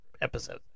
episode